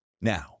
Now